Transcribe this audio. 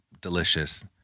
delicious